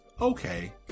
okay